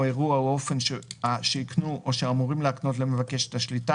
האירוע או האופן שהקנו או שאמורים להקנות למבקש את השליטה,